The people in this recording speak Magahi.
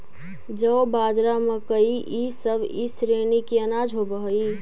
जौ, बाजरा, मकई इसब ई श्रेणी के अनाज होब हई